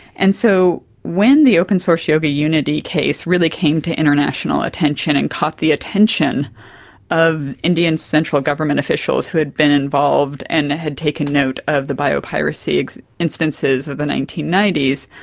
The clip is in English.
and so when the open source yoga unity case really came to international attention and caught the attention of indian central government officials who had been involved and had taken note of the biopiracy instances of the nineteen ninety s,